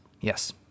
Yes